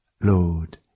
Lord